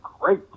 great